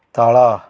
ତଳ